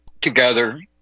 together